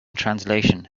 translation